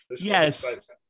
Yes